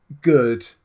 good